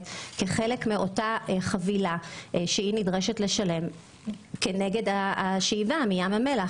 כחלק מאותה החבילה שהיא נדרשת לשלם עבור השאיבה מים המלח.